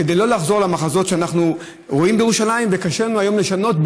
כדי לא לחזור על המחזות שאנחנו רואים בירושלים וקשה לנו היום לשנות,